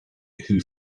who